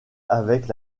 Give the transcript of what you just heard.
avec